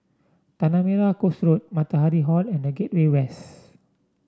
Tanah Merah Coast Road Matahari Hall and The Gateway West